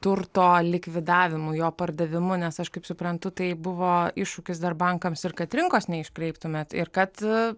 turto likvidavimu jo pardavimu nes aš kaip suprantu tai buvo iššūkis dar bankams ir kad rinkos neiškreiptumėt ir kad